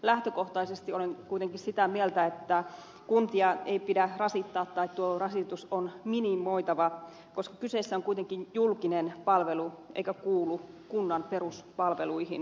lähtökohtaisesti olen kuitenkin sitä mieltä että kuntia ei pidä rasittaa tai tuo rasitus on minimoitava koska kyseessä on kuitenkin julkinen palvelu joka ei kuulu kunnan peruspalveluihin